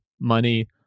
money